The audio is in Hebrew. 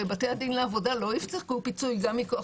הרי בתי הדין לעבודה לא יפסקו פיצוי גם מכוח